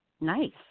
Nice